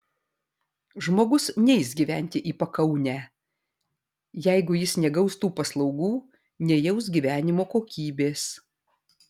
žmogus neis gyventi į pakaunę jeigu jis negaus tų paslaugų nejaus gyvenimo kokybės